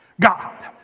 God